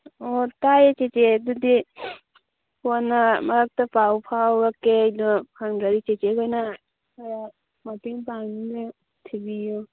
ꯑꯣ ꯇꯥꯏꯌꯦ ꯆꯦꯆꯦ ꯑꯗꯨꯗꯤ ꯀꯣꯟꯅ ꯃꯔꯛꯇ ꯄꯥꯎ ꯐꯥꯎꯔꯛꯀꯦ ꯑꯗꯣ ꯐꯪꯗ꯭ꯔꯗꯤ ꯆꯦꯆꯦꯈꯣꯏꯅ ꯈꯔ ꯃꯌꯦꯡ ꯄꯥꯡꯗꯨꯅ ꯊꯤꯕꯤꯌꯨ